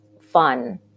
fun